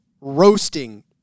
roasting